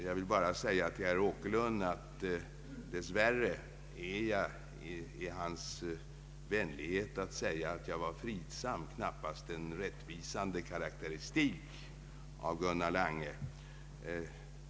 Jag vill dock inom parentes säga till herr Åkerlund, som hade vänligheten att yttra att jag var fridsam, att detta dess värre inte är en rättvisande karakteristik av Gunnar Lange.